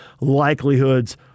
Likelihoods